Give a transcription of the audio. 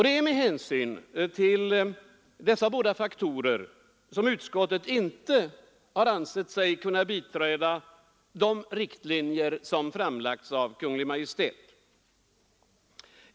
Det är med hänsyn till dessa båda faktorer som utskottet inte har ansett sig kunna biträda de riktlinjer som föreslås av Kungl. Maj:t.